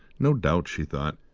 no doubt, she thought,